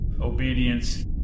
obedience